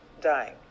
dying